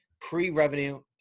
pre-revenue